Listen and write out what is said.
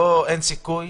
אין סיכוי?